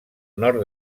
nord